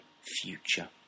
future